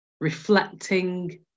reflecting